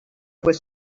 was